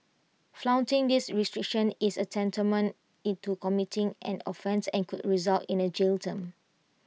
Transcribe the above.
flouting these restrictions is tantamount into committing an offence and could result in A jail term